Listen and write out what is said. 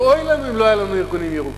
ואוי לנו אם לא היו לנו ארגונים ירוקים,